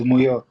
דמויות